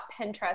Pinterest